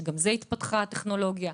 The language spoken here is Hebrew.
שגם בזה התפתחה הטכנולוגיה,